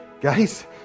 guys